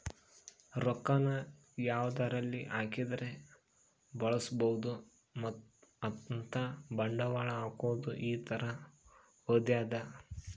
ರೊಕ್ಕ ನ ಯಾವದರಲ್ಲಿ ಹಾಕಿದರೆ ಬೆಳ್ಸ್ಬೊದು ಅಂತ ಬಂಡವಾಳ ಹಾಕೋದು ಈ ತರ ಹೊಂದ್ಯದ